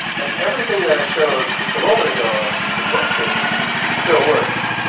and everything that i showed just a moment ago with workspaces still works.